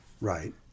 Right